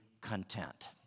content